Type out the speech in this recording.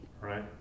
right